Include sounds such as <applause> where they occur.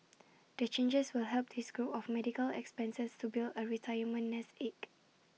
<noise> the changes will help this group of medical expenses to build A retirement nest egg